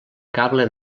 cable